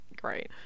great